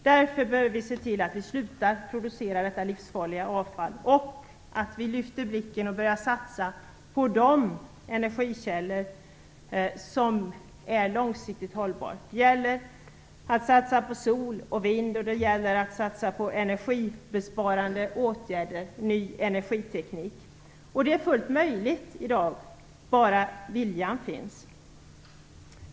Därför behöver vi se till att sluta att producera detta livsfarliga avfall, lyfta blicken och börja satsa på de energikällor som är långsiktigt hållbara, sol och vind, vidta energisparande åtgärder och satsa på ny energiteknik. Det är fullt möjligt i dag, om bara viljan finns.